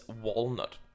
walnut